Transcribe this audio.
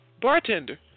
Bartender